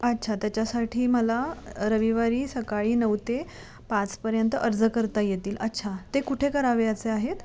अच्छा त्याच्यासाठी मला रविवारी सकाळी नऊ ते पाचपर्यंत अर्ज करता येतील अच्छा ते कुठे करावयाचे आहेत